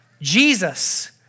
Jesus